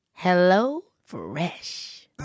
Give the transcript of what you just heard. HelloFresh